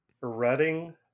Reading